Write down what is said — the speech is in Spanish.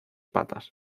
patas